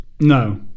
no